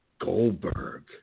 Goldberg